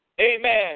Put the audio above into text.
amen